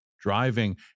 driving